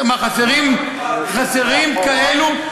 חסרים כאלה?